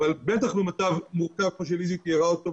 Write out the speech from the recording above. בטח במצב מורכב כמו שליזי תיארה אותו,